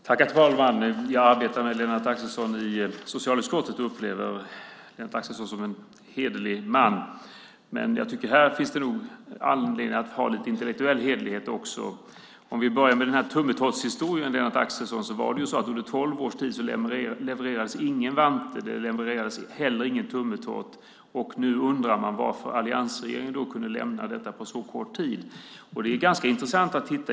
Herr talman! Jag arbetar med Lennart Axelsson i socialutskottet och upplever Lennart Axelsson som en hederlig man. Men jag tycker att det nog här finns anledning att ha lite intellektuell hederlighet också. Vi kan börja med tummetottshistorien, Lennart Axelsson. Under tolv års tid levererades ingen vante. Det levererades heller ingen tummetott. Och nu undrar man varför alliansregeringen kunde lämna detta på så kort tid. Det är ganska intressant.